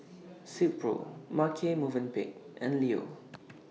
Silkpro Marche Movenpick and Leo